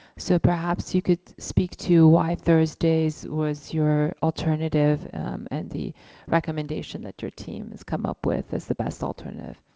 so perhaps you could speak to why thursdays was your alternative and the recommendation that your team has come up with as the best alternative.